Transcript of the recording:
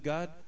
God